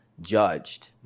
judged